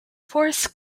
forest